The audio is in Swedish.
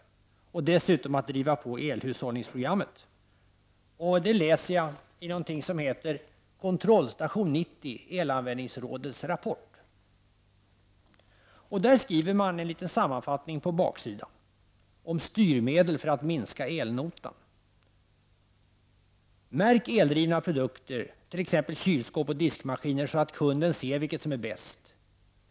Dessutom skall man vara pådrivande när det gäller elhushållningsprogrammet. Om detta kan man läsa i ''Kontrollstation 90 elanvändningsrådets rapport''. På baksidan av den rapporten skriver man: Märk eldrivna produkter t ex kylskåp och diskmaskiner så att kunden ser vilken som är bäst.